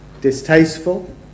distasteful